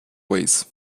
ways